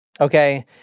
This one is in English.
Okay